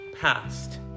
past